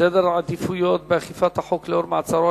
סדר העדיפויות באכיפת החוק לאור מעצרו